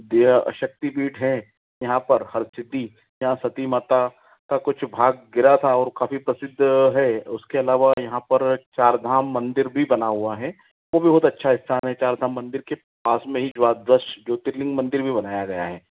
देया शक्तिपीठ है यहाँ पर हर चोटी यहाँ सती माता का कुछ भाग गिरा था और काफ़ी प्रसिद्ध है उसके अलावा यहाँ पर चार धाम मंदिर भी बना हुआ है वो भी बहुत अच्छा स्थान है चार धाम मंदिर के पास में ही द्वादश र्ज्योतिर्लिंग मंदिर भी बनाया गया है